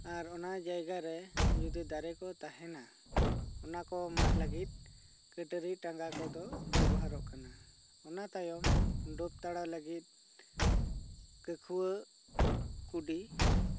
ᱟᱨ ᱚᱱᱟ ᱡᱟᱭᱜᱟ ᱨᱮ ᱡᱩᱫᱤ ᱫᱟᱨᱮ ᱠᱚ ᱛᱟᱦᱮᱸᱱᱟ ᱚᱱᱟᱠᱚ ᱢᱟᱜᱽ ᱞᱟᱹᱜᱤᱫ ᱠᱟ ᱴᱟᱹᱨᱤ ᱴᱟᱸᱜᱟ ᱠᱚᱫᱚ ᱵᱮᱵᱦᱟᱨᱚᱜ ᱠᱟᱱᱟ ᱚᱱᱟ ᱛᱟᱭᱚᱢ ᱫᱩᱯ ᱛᱟᱲᱟᱣ ᱞᱟᱹᱜᱤᱫ ᱠᱟᱠᱷᱣᱟᱹ ᱠᱩᱰᱤ